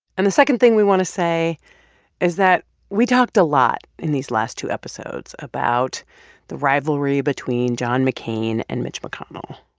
and the second thing we want to say is that we talked a lot in these last two episodes about the rivalry between john mccain and mitch mcconnell.